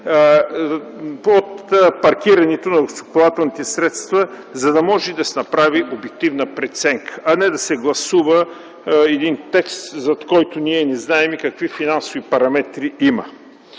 от паркирането на застрахователните средства, за да може да се направи обективна преценка. А не да се гласува един текст, зад който ние не знаем какви финансови параметри има.